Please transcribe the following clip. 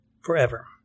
forever